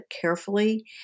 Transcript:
carefully